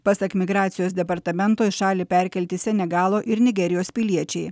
pasak migracijos departamento į šalį perkelti senegalo ir nigerijos piliečiai